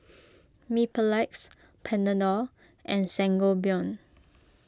Mepilex Panadol and Sangobion